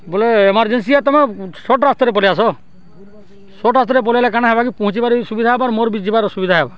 ବୋଲେ ଏମାରଜେନ୍ସି ଆ ତୁମେ ଶଟ ରାସ୍ତାରେ ପଳାଇ ଆସ ଶଟ ରାସ୍ତାରେ ପଳେଆଇଲେ କାଣା ହେବାକି ପହଞ୍ଚିବାର ସୁବିଧା ହବ ମୋର ବି ଯିବାର୍ ଅସୁବିଧା ହେବ